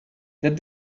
that